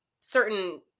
certain